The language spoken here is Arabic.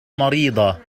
مريضة